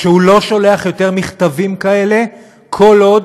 שהוא לא שולח יותר מכתבים כאלה כל עוד